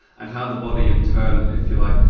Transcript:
and how the body in turn, if you like,